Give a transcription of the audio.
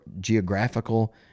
geographical